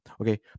Okay